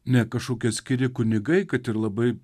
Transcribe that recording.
ne kažkokie atskiri kunigai kad ir labai